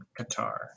Qatar